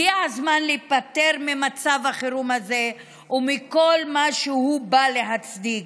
הגיע הזמן להיפטר ממצב החירום הזה ומכל מה שהוא בא להצדיק.